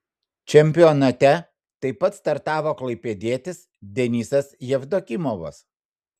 čempionate taip pat startavo klaipėdietis denisas jevdokimovas